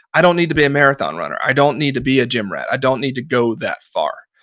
i don't need to be a marathon runner. i don't need to be a gym rat. i don't need to go that far.